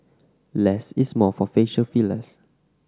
less is more for facial fillers